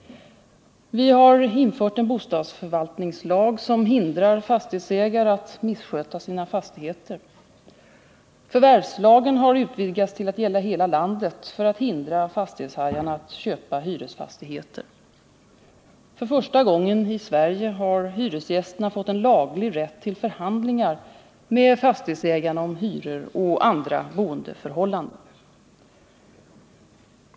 Vi har infört en bostadsförvaltningslag som hindrar fastighetsägare att missköta sina fastigheter. Förvärvslagen har utvidgats till att gälla hela landet för att hindra fastighetshajarna att köpa hyresfastigheter. För första gången i Sverige har hyresgästerna fått en laglig rätt till förhandlingar med fastighetsägarna om hyror och andra boendeförhållanden.